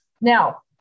Now